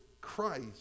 Christ